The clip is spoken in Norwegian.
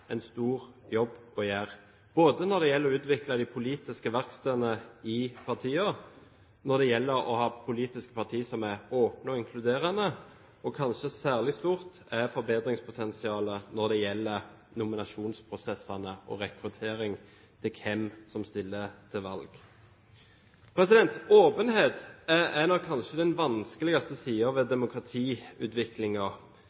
en stor jobb å gjøre både når det gjelder å utvikle de politiske verkstedene i partiene, og når det gjelder å ha politiske partier som er åpne og inkluderende, og kanskje er forbedringspotensialet særlig stort når det gjelder nominasjonsprosessene og rekrutteringen av personer som stiller til valg. Åpenhet er nok kanskje den vanskeligste siden ved